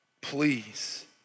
please